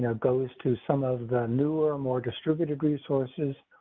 and goes to some of the newer more distributed resources,